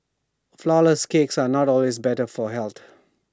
flowerless cakes are not always better for health